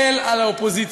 מסתכל על האופוזיציה.